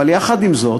אבל יחד עם זאת,